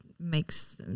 makes